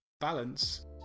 balance